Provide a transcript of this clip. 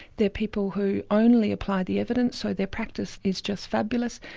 they're people who only apply the evidence so their practice is just fabulous.